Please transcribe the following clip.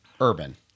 urban